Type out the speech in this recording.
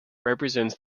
represents